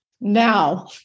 Now